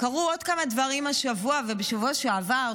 קרו עוד כמה דברים השבוע ובשבוע שעבר,